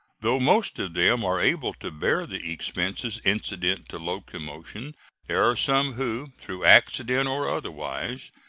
though most of them are able to bear the expenses incident to locomotion there are some who, through accident or otherwise,